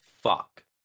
fuck